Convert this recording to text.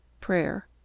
Prayer